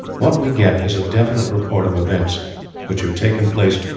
what we get is a definite report of events which have taken place,